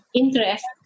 interest